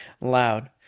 loud